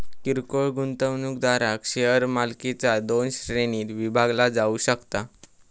किरकोळ गुंतवणूकदारांक शेअर मालकीचा दोन श्रेणींत विभागला जाऊ शकता